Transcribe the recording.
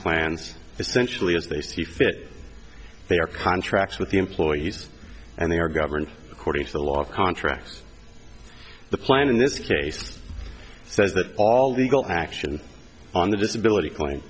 plans essentially as they see fit they are contracts with the employees and they are governed according to the law of contract the plan in this case says that all legal action on the disability claim